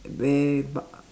they bu~